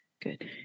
Good